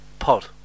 pod